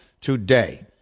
today